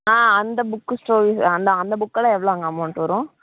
ஆ அந்த book story அந்த அந்த புக்கெல்லாம் எவ்வளோங்க அமௌண்ட் வரும்